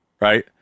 right